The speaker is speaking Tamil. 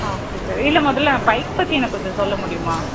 ஓகே சார் இல்லை மொதலில் பைக் பற்றி எனக்கு கொஞ்சம் சொல்ல முடியுமா